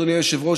אדוני היושב-ראש,